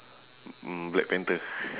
mm black panther